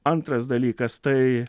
antras dalykas tai